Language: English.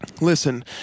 Listen